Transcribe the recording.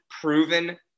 proven